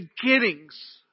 Beginnings